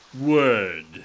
word